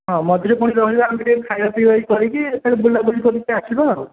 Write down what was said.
ହଁ ମଝିରେ ପୁଣି ରହିବା ଆମେ ଟିକିଏ ଖାଇବା ପିଇବା କରିକି ଫେର୍ ବୁଲାବୁଲି କରିକି ଆସିବା ଆଉ